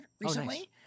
recently